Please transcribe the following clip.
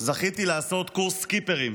זכיתי לעשות קורס סקיפרים.